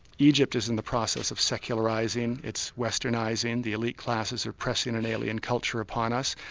egypt is in the process of secularising, it's westernising, the elite classes are pressing an alien culture upon us,